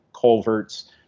culverts